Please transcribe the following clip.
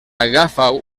agafa